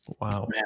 Wow